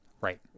Right